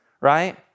right